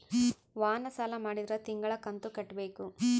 ವಾಹನ ಸಾಲ ಮಾಡಿದ್ರಾ ತಿಂಗಳ ಕಂತು ಕಟ್ಬೇಕು